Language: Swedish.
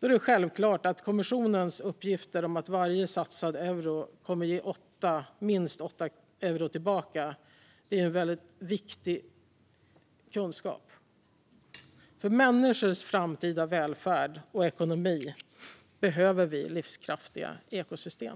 är det självklart att kommissionens uppgifter om att varje satsad euro kommer att ge minst 8 euro tillbaka är väldigt viktig kunskap. För människors framtida välfärd och ekonomi behöver vi livskraftiga ekosystem.